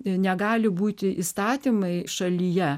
negali būti įstatymai šalyje